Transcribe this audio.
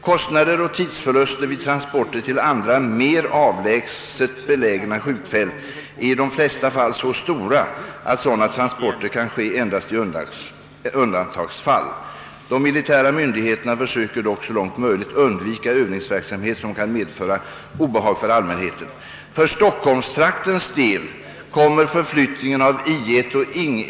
Kostnader och tidsförluster vid transporter till andra mer avlägset belägna skjutfält är i de flesta fall så stora att sådana transporter kan ske endast i undantagsfall. De militära myndigheterna försöker dock så långt möjligt undvika övningsverksamhet som kan medföra obehag för allmänheten. För stockholmstraktens del kommer förflyttningen av I 1 och Ing.